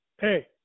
hey